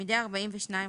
מדי 42 חודשים.